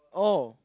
oh